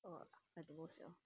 err I don't know sia